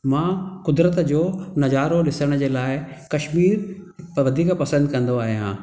मां कुदरत जो नज़ारो ॾिसण जे लाइ कशमीर वधीक पसंदि कंदो आहियां